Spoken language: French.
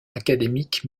académique